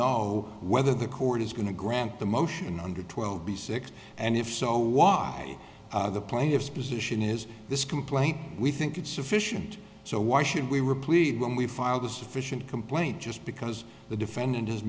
know whether the court is going to grant the motion under twelve b six and if so why the plaintiff's position is this complaint we think it's sufficient so why should we were pleased when we filed a sufficient complaint just because the defendant has